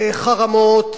חרמות,